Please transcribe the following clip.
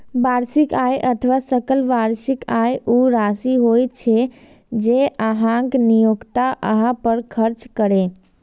वार्षिक आय अथवा सकल वार्षिक आय ऊ राशि होइ छै, जे अहांक नियोक्ता अहां पर खर्च करैए